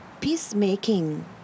peacemaking